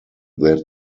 that